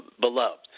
beloved